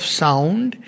sound